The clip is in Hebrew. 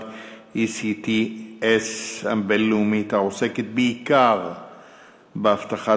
"אי.סי.טי.אס." הבין-לאומית העוסקת בעיקר באבטחת